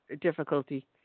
difficulty